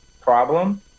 problem